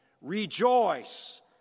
Rejoice